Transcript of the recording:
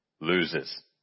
loses